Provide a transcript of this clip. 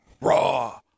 raw